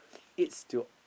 its to